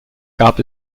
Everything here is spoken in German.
gab